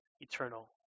eternal